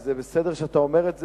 וזה בסדר שאתה אומר את זה,